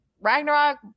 Ragnarok